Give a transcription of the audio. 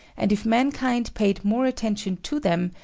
and if mankind paid more attention to them,